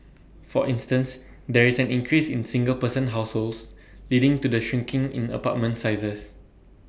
for instance there is an increase in single person households leading to the shrinking in apartment sizes